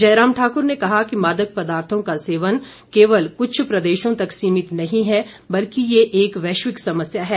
जयराम ठाकुर ने कहा कि मादक पदार्थों का सेवन केवल कुछ प्रदेशों तक सीमित नहीं है बल्कि ये एक वैश्विक समस्या है